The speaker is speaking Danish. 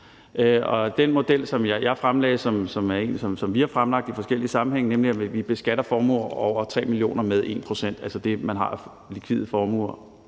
er en, som vi har fremlagt i forskellige sammenhænge, nemlig at vi beskatter formuer på over 3 mio. kr. med 1 pct., altså det, man har af likvide formuer,